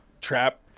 trap